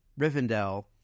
Rivendell